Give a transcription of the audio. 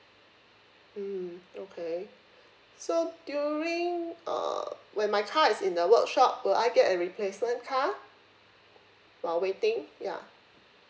mm okay so during uh when my car is in the workshop will I get a replacement car while waiting ya